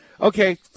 Okay